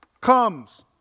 comes